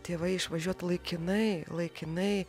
tėvai išvažiuot laikinai laikinai